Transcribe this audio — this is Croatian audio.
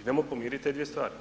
idemo pomiriti te dvije stvari.